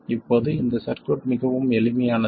இப்போது இந்த சர்க்யூட் மிகவும் எளிமையானது